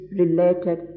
related